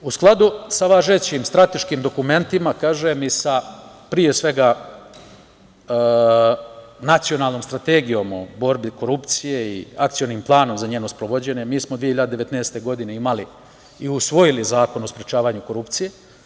U skladu sa važećim strateškim dokumentima, kažem pre svega, Nacionalnom strategijom o borbi protiv sprečavanja korupcije i Akcionim planom za njeno sprovođenje mi smo 2019. godine imali i usvoji Zakon o sprečavanju korupcije.